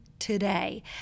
today